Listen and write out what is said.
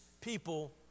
people